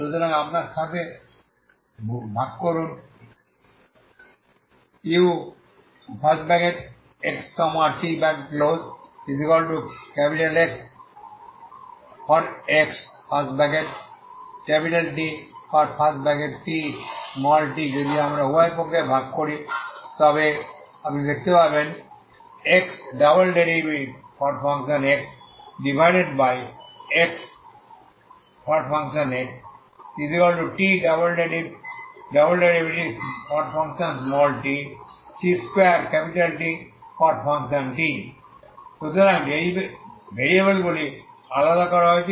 সুতরাং আপনার সাথে ভাগ করুন uxtXTt যদি আমরা উভয় পক্ষকে ভাগ করি তবে আপনি দেখতে পাবেন যে XxXxTtc2Tt সুতরাং ভেরিয়েবলগুলি আলাদা করা হয়েছে